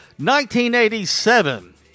1987